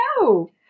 no